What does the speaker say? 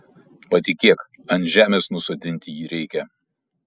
patikėk ant žemės nusodinti jį reikia